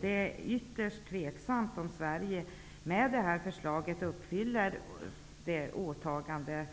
Det är också ytterst tvivelaktigt om Sverige med detta förslag uppfyller sitt åtagande.